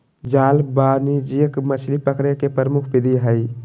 जाल वाणिज्यिक मछली पकड़े के प्रमुख विधि हइ